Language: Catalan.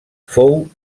fou